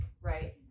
right